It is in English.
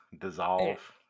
dissolve